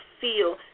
feel